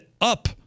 up